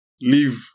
live